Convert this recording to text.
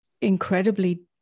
incredibly